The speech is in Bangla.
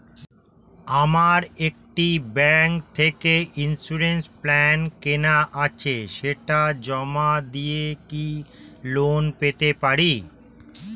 আমার একটি ব্যাংক থেকে ইন্সুরেন্স প্ল্যান কেনা আছে সেটা জমা দিয়ে কি লোন পেতে পারি?